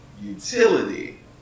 utility